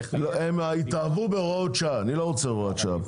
אני לא רוצה הוראת שעה פה.